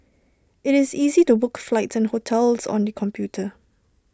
it's easy to book flights and hotels on the computer